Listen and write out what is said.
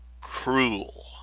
cruel